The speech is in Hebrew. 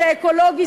זה אקולוגי,